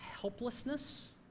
helplessness